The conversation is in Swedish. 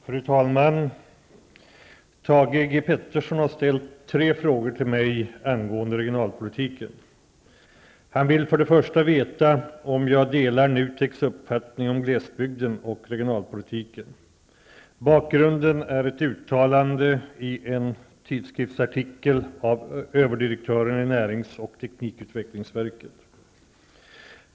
Fru talman! Thage G Peterson har ställt tre frågor till mig angående regionalpolitiken. Han vill för det första veta om jag delar NUTEK:s uppfattning om glesbygden och regionalpolitiken. Bakgrunden är ett uttalande i en tidskriftsartikel av överdirektören i närings och teknikutvecklingsverket.